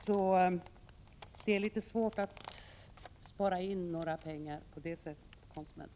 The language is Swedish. Så det är litet svårt att spara in några pengar på det sättet.